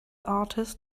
artist